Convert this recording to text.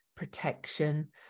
protection